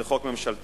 זה חוק ממשלתי.